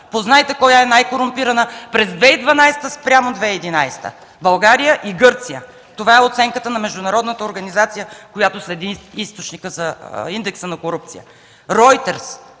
познайте коя е най-корумпирана през 2012-а спрямо 2011 г.? България и Гърция! Това е оценката на международната организация, която следи индекса на корупция.